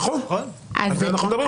נכון, על זה אנחנו מדברים.